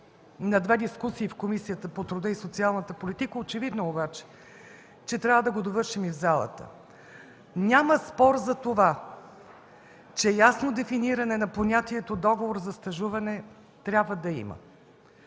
на две дискусии в Комисията по труда и социалната политика. Очевидно е обаче, че трябва да го довършим и в залата. Няма спор, че трябва да има ясно дефиниране на понятието „договор за стажуване”.